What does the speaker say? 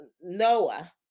noah